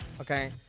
okay